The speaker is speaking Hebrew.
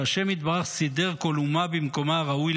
שה' יתברך סידר על אומה במקומה הראוי